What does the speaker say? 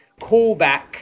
callback